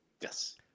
Yes